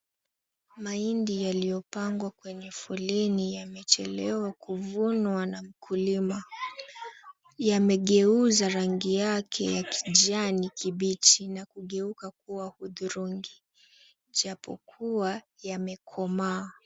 Mahindi yaliyopangwa kwenye foleni, yamechelewa kuvunwa na mkulima. Yamegeuza rangi yake ya kijani kibichi na kugeuka kuwa hudhurungi. Ijapokuwa yamekomaa.